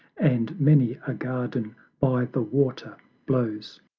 and many a garden by the water blows.